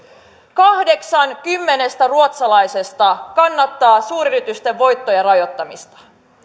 kahdeksan kymmenestä ruotsalaisesta kannattaa suuryritysten voittojen rajoittamista